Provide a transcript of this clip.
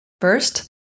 First